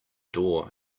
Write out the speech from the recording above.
door